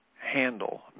handle